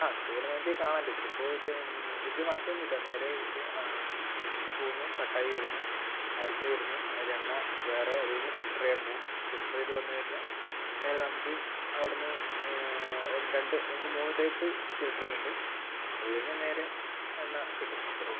ആ നമുക്കിവിടെ നോക്കിയാൽ കാണാമല്ലോ ഇതിലിപ്പോൾ വലിയ വലിയ മാറ്റമൊന്നുമില്ല നേരെ ഇത് മെഷീനിൽ പോകുന്നു കട്ടായി വരുന്നു അരഞ്ഞു വരുന്നു അതിൽ എണ്ണ വേറെ അതു കഴിഞ്ഞ് ഫിൽട്ടർ ചെയ്യാൻ പോവും ഫിൽട്ടർ ചെയ്തു വന്നു കഴിഞ്ഞാൽ നേരെ നമുക്ക് അവിടെ നിന്ന് ഒന്ന് രണ്ട് നമുക്ക് മൂന്ന് ടൈപ്പ് ഫിൽട്ടറിംഗ് ഉണ്ട് അതു കഴിഞ്ഞാൽ നേരെ എണ്ണ കിട്ടും അത്രയേ ഉള്ളൂ